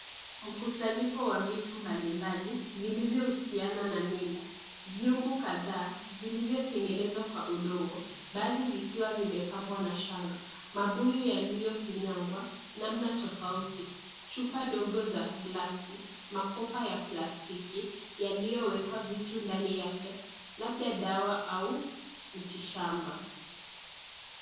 Mkusanyiko wa vitu mbalimbali, vilivyohusiana na mila .Viungu kadhaa vilivyotengenezwa kwa udongo, baadhi vikiwa vimepambwa na shanga. Mabuyu yaliyofinyangwa namna tofauti. Chupa dogo za glasi, makopa ya plastiki yaliyowekwa vitu ndani yake labda dawa au miti shamba.